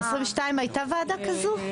ב-22 הייתה ועדה כזו?